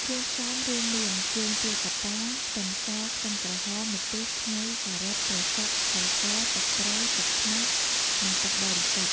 គ្រឿងផ្សំរួមមាន ជើងទាកាប៉ា, ខ្ទឹមស, ខ្ទឹមក្រហម, ម្ទេស, ខ្ញី, ការ៉ុត, ត្រសក់, ស្ករស, ទឹកត្រី, ទឹកខ្មេះ និងទឹកបរិសុទ្ធ។